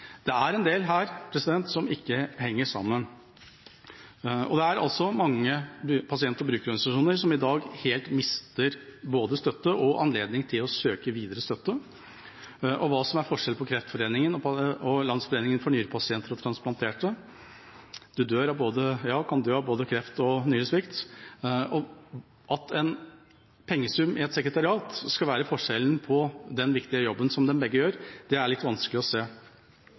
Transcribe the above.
Det er en del her som ikke henger sammen. Det er mange pasient- og brukerorganisasjoner som i dag helt mister både støtte og anledning til å søke videre støtte. Hva som er forskjellen på Kreftforeningen og Landsforeningen for Nyrepasienter og Transplanterte – man kan dø av både kreft og nyresvikt – og at en pengesum i et sekretariat skal utgjøre forskjellen på den viktige jobben som de begge gjør, er litt vanskelig å se.